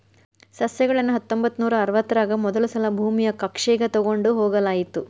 ಸಸ್ಯಗಳನ್ನ ಹತ್ತೊಂಬತ್ತನೂರಾ ಅರವತ್ತರಾಗ ಮೊದಲಸಲಾ ಭೂಮಿಯ ಕಕ್ಷೆಗ ತೊಗೊಂಡ್ ಹೋಗಲಾಯಿತು